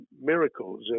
miracles